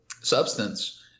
substance